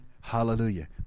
Hallelujah